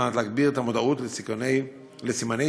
כדי להגביר את המודעות לסימני סיכון